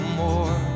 more